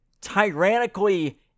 tyrannically